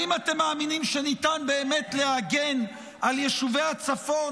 האם אתם מאמינים שניתן באמת להגן על יישובי הצפון,